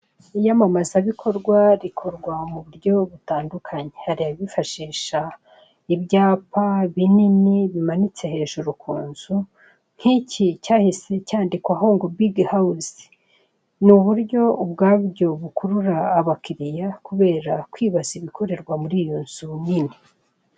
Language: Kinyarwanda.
Iyamamazabikorwa rikorwa mu buryo butandukanye, hari abifashisha ibyapa binini bimanitse hejuru ku nzu, nkiki cyahise cyandikwaho ngo Big house, ni uburyo ubwabyo bukurura abakiriya kubera kwibaza ibikorerwa muri iyo nzu nini.